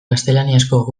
gaztelaniazko